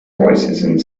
voicesand